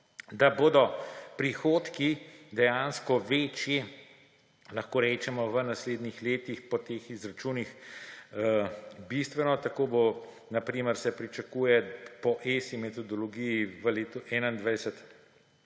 da bodo prihodki dejansko bistveno večji, lahko rečemo, v naslednjih letih po teh izračunih. Tako se na primer pričakuje po ESI metodologiji v letu 2021